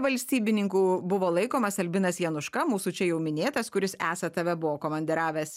valstybininkų buvo laikomas albinas januška mūsų čia jau minėtas kuris esą tave buvo komandiravęs